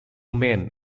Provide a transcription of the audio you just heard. men